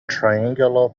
triangular